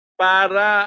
para